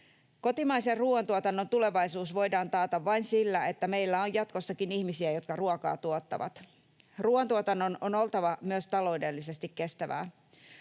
Kotimaisen ruoantuotannon tulevaisuus voidaan taata vain sillä, että meillä on jatkossakin ihmisiä, jotka ruokaa tuottavat. Ruoantuotannon on oltava myös taloudellisesti kestävää.